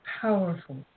powerful